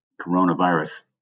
coronavirus